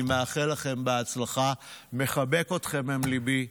אני מאחל לכם בהצלחה, מחבק אתכם עם ליבי.